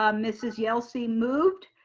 um mrs. yelsey moved.